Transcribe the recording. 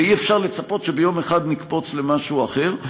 אי-אפשר לצפות שביום אחד נקפוץ למשהו אחר,